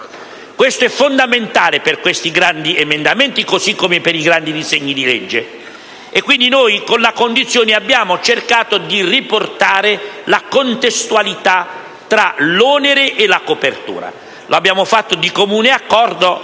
questo è fondamentale per questi grandi emendamenti, così come per i grandi disegni di legge. Pertanto, con la formulazione della condizione abbiamo cercato di riportare la contestualità tra l'onere e la copertura. Lo abbiamo fatto di comune accordo